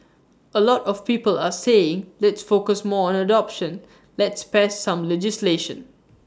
A lot of people are saying let's focus more on adoption let's pass some legislation